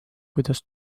kuidas